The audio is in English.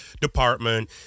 department